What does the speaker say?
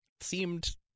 seemed